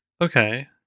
Okay